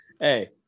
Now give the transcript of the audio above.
Hey